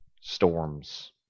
storms